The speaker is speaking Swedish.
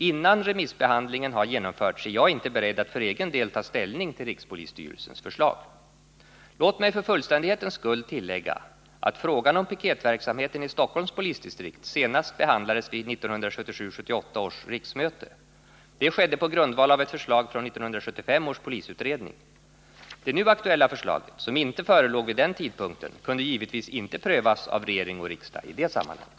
Innan remissbehandlingen har genomförts är jag inte beredd att för egen del ta ställning till rikspolisstyrelsens förslag. Låt mig för fullständighetens skull tillägga att frågan om piketverksamheten i Stockholms polisdistrikt senast behandlades vid 1977 78:100 bil. 5 s. 52-54, JuU 1977 78:217). Det skedde på grundval av ett förslag från 1975 års polisutredning. Det nu aktuella förslaget, som inte förelåg vid den tidpunkten, kunde givetvis inte prövas av regering och riksdag i det sammanhanget.